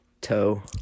toe